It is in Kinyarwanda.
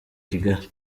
kigali